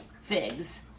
figs